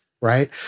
Right